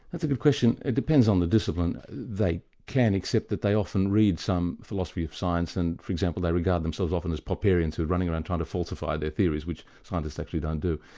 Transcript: that's a good question. it depends on the discipline. they can, except that they often read some philosophy of science and for example, they regard themselves often as popperians, running around trying to falsify their theories, which scientists actually don't do.